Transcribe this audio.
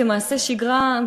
כמעשה שגרה,